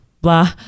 Blah